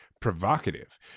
provocative